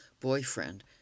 boyfriend